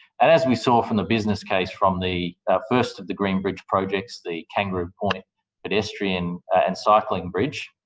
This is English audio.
and as we saw from the business case from the first of the green bridge projects, the kangaroo point pedestrian and cycling bridge,